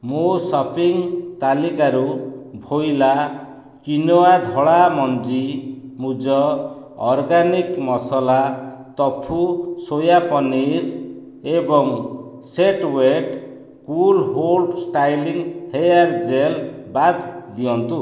ମୋ ସପିଂ ତାଲିକାରୁ voila quinoa ଧଳା ମଞ୍ଜି ମୂଜ ଅର୍ଗାନିକ୍ ମସଲା ତୋଫୁ ସୋୟା ପନିର୍ ଏବଂ set wet cool hold styling hair gel ବାଦ ଦିଅନ୍ତୁ